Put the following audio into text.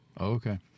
Okay